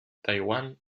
taiwan